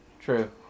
True